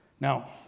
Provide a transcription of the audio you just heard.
Now